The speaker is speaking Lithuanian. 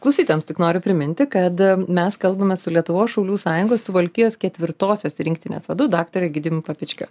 klausytojams tik noriu priminti kad mes kalbamės su lietuvos šaulių sąjungos suvalkijos ketvirtosios rinktinės vadu daktaru egidijumi papečkio